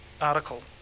article